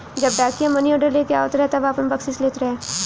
जब डाकिया मानीऑर्डर लेके आवत रहे तब आपन बकसीस लेत रहे